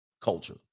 culture